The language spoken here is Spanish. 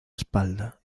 espalda